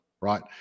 Right